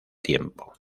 tiempo